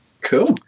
cool